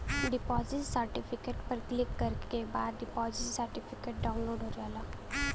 deposit certificate पर click करे के बाद डिपॉजिट सर्टिफिकेट डाउनलोड हो जाला